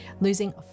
Losing